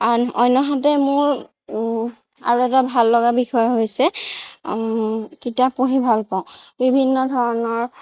আন অন্যহাতে মোৰ আৰু এটা ভাল লগা বিষয় হৈছে কিতাপ পঢ়ি ভাল পাওঁ বিভিন্ন ধৰণৰ